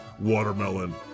watermelon